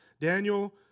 Daniel